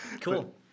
Cool